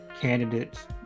candidates